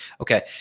Okay